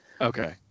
Okay